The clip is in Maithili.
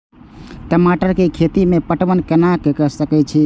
टमाटर कै खैती में पटवन कैना क सके छी?